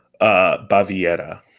Baviera